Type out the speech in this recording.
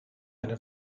eine